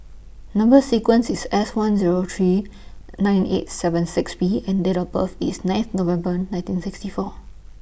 Number sequence IS S one Zero three nine eight seven six B and Date of birth IS ninth November nineteen sixty four